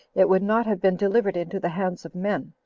it would not have been delivered into the hands of men.